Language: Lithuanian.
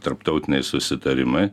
tarptautiniai susitarimai